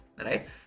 right